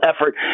effort